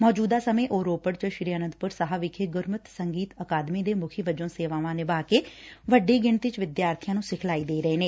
ਮੌਜੁਦਾ ਸਮੇਂ ਉਹ ਰੋਪੜ ਚ ਸ੍ਰੀ ਆਨੰਦਪੁਰ ਸਾਹਿਬ ਵਿਖੇ ਗੁਰਮਤਿ ਸੰਗੀਤ ਅਕਾਦਮੀ ਦੇ ਮੁੱਖੀ ਵਜੋਂ ਸੇਵਾਵਾਂ ਨਿਭਾ ਕੇ ਵੱਡੀ ਗਿਣਡੀ ਚ ਵਿਦਿਆਰਥੀਆ ਨੂੰ ਸਿਖਲਾਈ ਦੇ ਰਹੇ ਨੇ